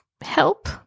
help